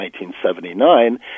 1979